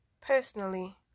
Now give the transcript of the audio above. personally